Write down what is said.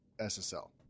SSL